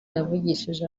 yavugishije